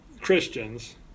Christians